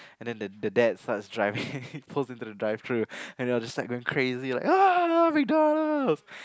then the the dad starts driving pulls into the drive through then there was like crazy ah MacDonalds'